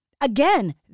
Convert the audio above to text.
again